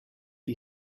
you